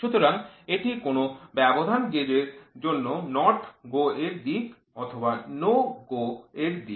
সুতরাং এটি কোনও ব্যবধান গেজ এর জন্য NOT GO এর দিক অথবা NO GO এর দিক